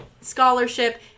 scholarship